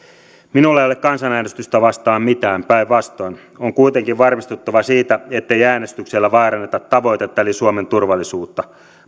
ei ole kansanäänestystä vastaan mitään päinvastoin on kuitenkin varmistuttava siitä ettei äänestyksellä vaaranneta tavoitetta eli suomen turvallisuutta